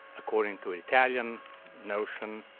according to italian notion,